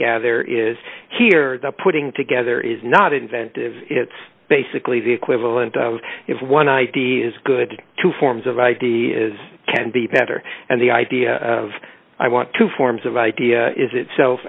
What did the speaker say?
gather is here the putting together is not inventive it's basically the equivalent of if one idea is good two forms of id is can be better and the idea of i want two forms of idea is itself